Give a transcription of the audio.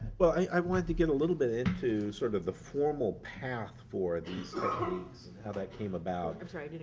well i wanted to get a little bit into sort of the formal path for these techniques and how that came about i'm sorry,